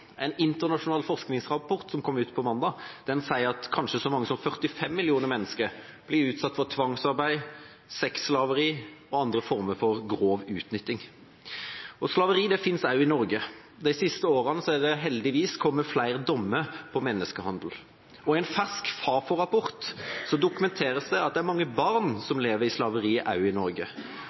En internasjonal forskningsrapport som kom ut på mandag, sier at kanskje så mange som 45 millioner mennesker blir utsatt for tvangsarbeid, sexslaveri og andre former for grov utnytting. Slaveri finnes også i Norge. De siste årene er det heldigvis kommet flere dommer når det gjelder menneskehandel. I en fersk Fafo-rapport dokumenteres det at det er mange barn som lever i slaveri også i Norge.